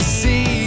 see